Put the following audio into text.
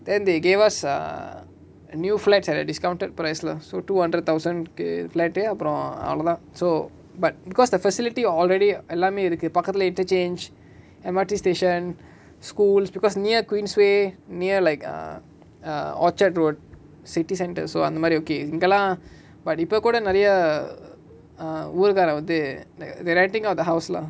then they gave us a new flats at a discounted price lah so two hundred thousand கு:ku flat uh அப்ரோ அவளோதா:apro avalotha so but because the facility already எல்லாமே இருக்கு பக்கத்துல:ellame iruku pakkathula interchange M_R_T station schools because near queensway near like err orchard road city centre so அந்தமாரி:anthamari okay இதுகெல்லா:ithukellaa but இப்ப கூட நெரய:ippa kooda neraya ah ஊர்காரன் வந்து:oorkaaran vanthu like the renting of the house lah